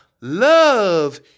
love